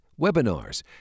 webinars